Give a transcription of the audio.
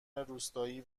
روستایی